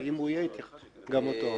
אבל אם הוא יהיה, גם אותו.